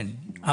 כן.